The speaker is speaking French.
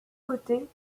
côtés